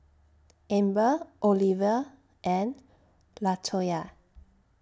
Amber Oliver and Latoya